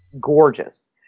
gorgeous